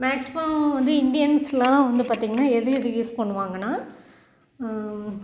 maximum வந்து இந்தியன்ஸெலாம் வந்து பார்த்திங்கன்னா எது எதுக்கு யூஸ் பண்ணுவாங்கன்னால்